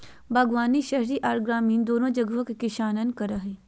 बागवानी शहरी आर ग्रामीण दोनो जगह के किसान करई हई,